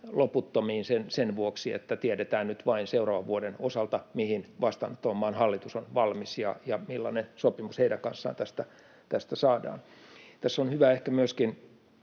loputtomiin sen vuoksi, että tiedetään nyt vain seuraavan vuoden osalta, mihin vastaanottavan maan hallitus on valmis ja millainen sopimus heidän kanssaan tästä saadaan. Tässä on hyvä ehkä myöskin